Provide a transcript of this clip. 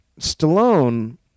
Stallone